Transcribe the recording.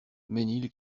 mesnil